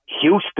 Houston